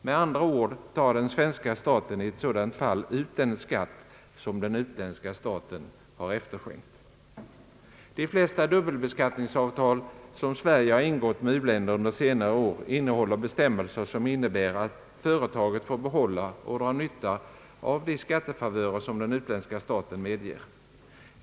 Med andra ord tar den svenska staten i ett sådant fall ut den skatt som den utländska staten har efterskänkt. De flesta dubbelbeskattningsavtal som Sverige har ingått med u-länder under senare år innehåller bestämmelser som innebär att företaget får behålla och dra nytta av de skattefavörer som den utländska staten medger.